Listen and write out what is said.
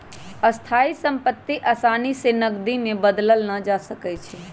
स्थाइ सम्पति असानी से नकदी में बदलल न जा सकइ छै